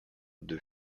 deux